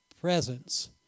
presence